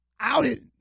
outed